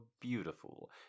beautiful